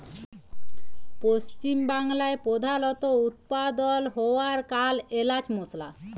পশ্চিম বাংলায় প্রধালত উৎপাদল হ্য়ওয়া কাল এলাচ মসলা